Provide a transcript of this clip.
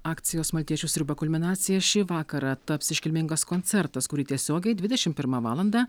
akcijos maltiečių sriuba kulminacija šį vakarą taps iškilmingas koncertas kurį tiesiogiai dvidešim pirmą valandą